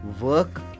work